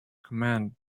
command